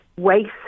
waste